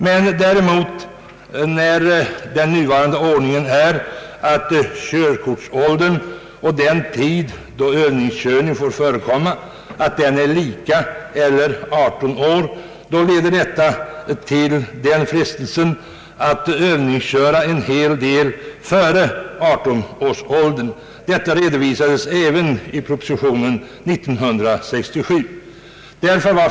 Med den nuvarande ordningen, således att körkortsåldern och den ålder vid vilken övningskörning får påbörjas sammanfaller, inleds många i frestelsen att övningsköra före 18 års ålder. Den saken påpekades också i propositionen år 1967.